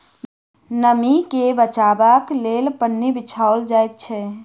नमीं के बचयबाक लेल पन्नी बिछाओल जाइत छै